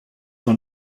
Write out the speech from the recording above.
dans